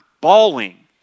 bawling